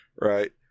Right